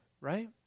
right